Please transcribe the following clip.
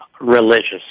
Religious